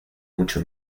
mucho